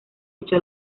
hecho